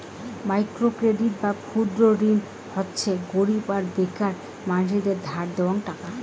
micro credit বা ক্ষুদ্র ঋণ হচ্যে গরীব আর বেকার মানসিদের ধার দেওয়াং টাকা